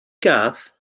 gath